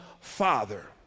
Father